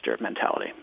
mentality